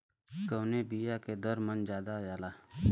कवने बिया के दर मन ज्यादा जाला?